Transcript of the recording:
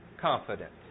confident